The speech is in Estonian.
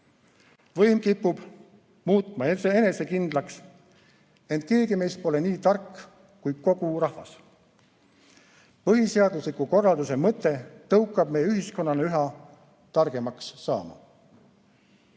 Võim kipub muutma enesekindlaks, ent keegi meist pole nii tark kui kogu rahvas. Põhiseadusliku korralduse mõte tõukab meid ühiskonnana üha targemaks saama.